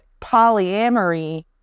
polyamory